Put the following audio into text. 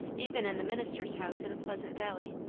even in the minister's house in pleasant valley,